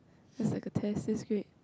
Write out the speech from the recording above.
just like a test this script